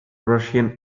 russian